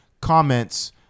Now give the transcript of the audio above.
comments